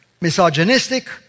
misogynistic